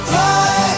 Fly